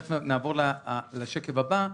בשקף הבא,